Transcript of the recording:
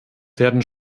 werden